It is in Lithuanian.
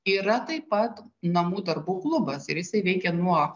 yra taip pat namų darbų klubas ir jisai veikia nuo